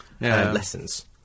lessons